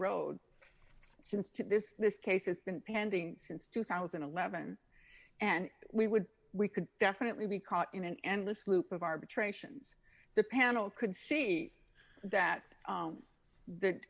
road since to this this case has been pending since two thousand and eleven and we would we could definitely be caught in an endless loop of arbitrations the panel could see that